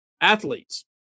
athletes